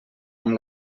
amb